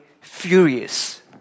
furious